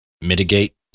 mitigate